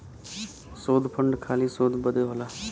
शोध फंड खाली शोध बदे होला